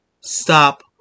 stop